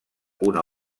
una